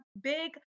big